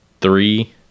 three